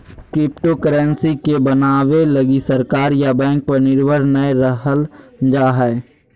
cryptocurrency के बनाबे लगी सरकार या बैंक पर निर्भर नय रहल जा हइ